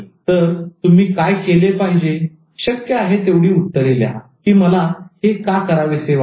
तर तुम्ही काय केले पाहिजे शक्य आहे तेवढी उत्तरे लिहा की मला हे का करावेसे वाटते